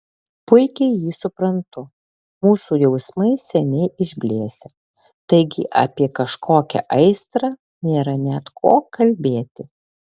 puikiai jį suprantu mūsų jausmai seniai išblėsę taigi apie kažkokią aistrą nėra net ko kalbėti